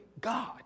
God